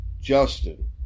Justin